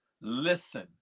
Listen